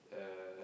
uh